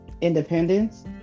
independence